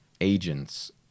agents